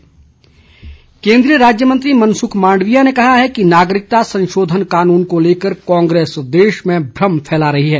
मनसुख मांडविया केंद्रीय राज्य मंत्री मनसुख मांडविया ने कहा है कि नागरिकता संशोधन कानून को लेकर कांग्रेस देश में भ्रम फैला रही है